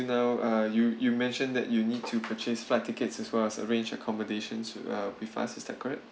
uh you you mentioned that you need to purchase flight tickets as well as arrange accommodations uh with us is that correct